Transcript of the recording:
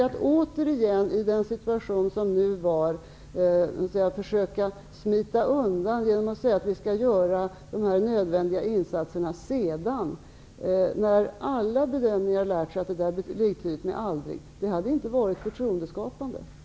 Att återigen, i den situation som var, försöka smita undan genom att säga att vi skall göra de nödvändiga insatserna sedan, när alla bedömare har lärt sig att ''sedan'' är liktydigt med ''aldrig'', hade inte varit förtroendeskapande.